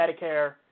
Medicare